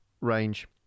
range